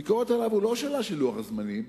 הביקורת עליו היא לא השאלה של לוח הזמנים.